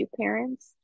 parents